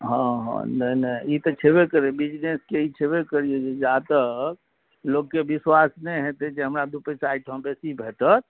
हँ हँ नहि नहि ई तऽ छेबे करै बिजनेसके ई छेबे करिए जे जा तक लोकके विश्वास नहि हेतै जे हमरा दुइ पइसा एहिठाम बेसी भेटत